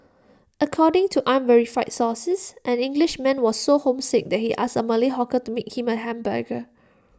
according to unverified sources an Englishman was so homesick that he asked A Malay hawker to make him A hamburger